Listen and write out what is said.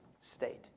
state